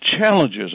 challenges